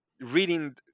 reading